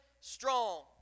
strong